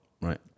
Right